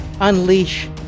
unleash